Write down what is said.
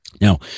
Now